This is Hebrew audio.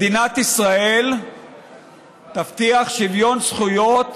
מדינת ישראל תבטיח שוויון זכויות